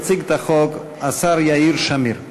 יציג את החוק השר יאיר שמיר.